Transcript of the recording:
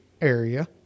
area